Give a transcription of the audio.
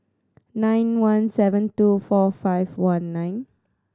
nine one seven two four five one nine